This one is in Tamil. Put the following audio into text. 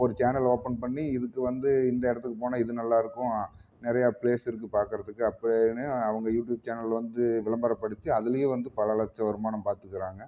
ஒரு சேனல் ஓப்பன் பண்ணி இதுக்கு வந்து இந்த இடத்துக்கு போனால் இது நல்லா இருக்கும் நிறையா ப்ளேஸ் இருக்குது பார்க்கறத்துக்கு அப்டினு அவங்க யூட்யூப் சேனல் வந்து விளம்பரப்படுத்தி அதுலேயே வந்து பல லட்சம் வருமானம் பார்த்துக்குறாங்க